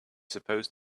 supposed